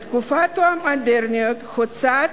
בתקופה המודרנית הוצאת